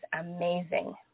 amazing